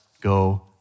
go